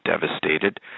devastated